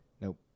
Nope